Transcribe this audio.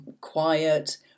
quiet